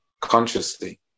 consciously